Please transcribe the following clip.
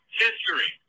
history